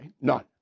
None